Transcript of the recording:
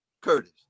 curtis